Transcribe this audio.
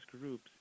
groups